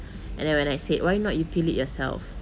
and then when I said why not you peel it yourself